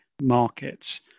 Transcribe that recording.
markets